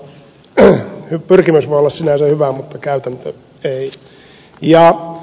pyrkimys voi olla sinänsä hyvä mutta käytäntö ei